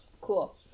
Cool